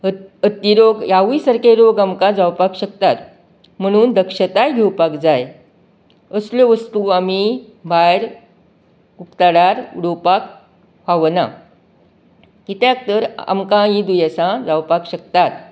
हत हत्ती रोग ह्यावूय सारके रोग आमकां जावपाक शकतात म्हणून दक्षताय घेवपाक जाय असल्यो वस्तू आमी भायर उक्तडार उडोवपाक फावना कित्याक तर आमकां हीं दुयेंसां जावपाक शकातात